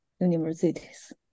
universities